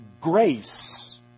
grace